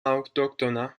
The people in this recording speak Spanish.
autóctona